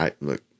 look